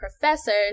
professors